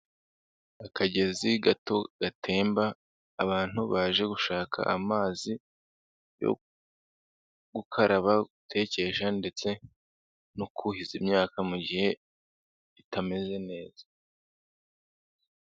Akagezi gato gatemba, abantu baje gushaka amazi yo gukaraba, gutekesha ndetse no kuhiza imyaka mu gihe itameze neza.